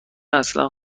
اصلا